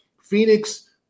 Phoenix